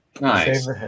nice